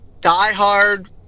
diehard